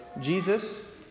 Jesus